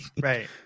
Right